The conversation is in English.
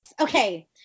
Okay